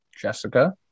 Jessica